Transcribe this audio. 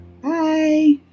Bye